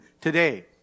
today